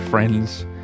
friends